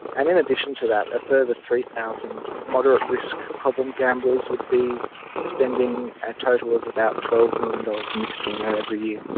and in addition to that a further three thousand moderate risk problem gamblers would be spending a total of about twelve million dollars in the casino every year.